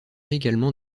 également